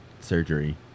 surgery